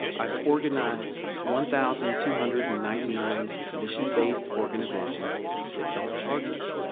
i've organized one thousand two hundred and ninety nine mission based organizations that don't charge us